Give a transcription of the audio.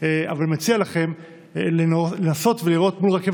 אבל אני מציע לכם לנסות ולראות מול רכבת